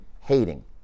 hating